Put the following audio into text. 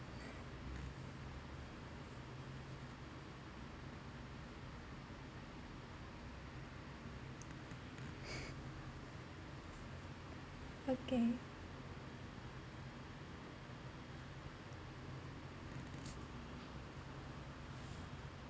okay